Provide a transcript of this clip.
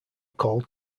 called